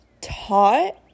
taught